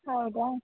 ಹೌದಾ